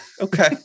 Okay